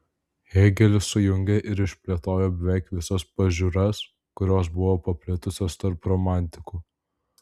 hėgelis sujungė ir išplėtojo beveik visas pažiūras kurios buvo paplitusios tarp romantikų